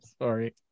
Sorry